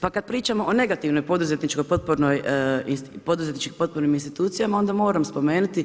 Pa kad pričamo o negativnoj poduzetničkoj potpornoj institucijama, onda moram spomenuti